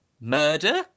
Murder